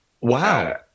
Wow